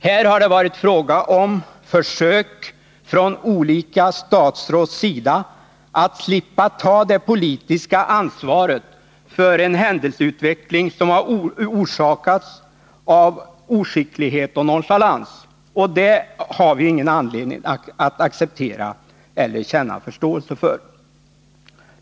Här har det varit fråga om försök från olika statsråds sida att slippa ta det politiska ansvaret för en händelseutveckling som orsakats av oskicklighet och nonchalans. Och det har vi ingen anledning att acceptera eller känna förståelse för.